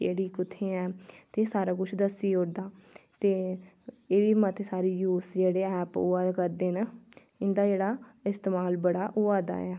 केह्ड़ी कुत्थै ऐ ते सारा किश दस्सी ओड़दा ते एह्दे मते सारे यूज़ जेह्ड़े ऐप्प होआ करदे न इंदा जेह्ड़ा इस्तेमाल बड़ा होआ दा ऐ